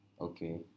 Okay